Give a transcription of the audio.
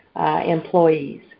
employees